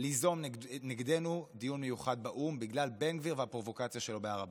ליזום נגדנו דיון מיוחד באו"ם בגלל בן גביר והפרובוקציה שלו בהר הבית?